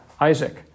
Isaac